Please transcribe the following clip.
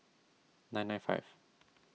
nine nine five